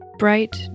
Bright